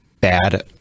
bad